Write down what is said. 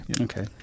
Okay